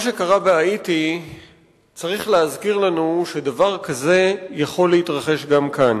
מה שקרה בהאיטי צריך להזכיר לנו שדבר כזה יכול להתרחש גם כאן.